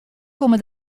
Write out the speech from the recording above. komme